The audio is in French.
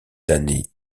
d’années